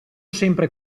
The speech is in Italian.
sempre